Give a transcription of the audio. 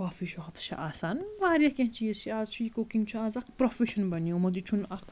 کافی shops چھِ آسان واریاہ کینٛہہ چیٖز چھِ آز چھُ یہِ کُکِنٛگ چھُ آز اَکھ پرٛوفیٚشَن بَنیومُت یہِ چھُنہٕ اَکھ